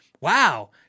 Wow